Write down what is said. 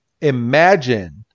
imagine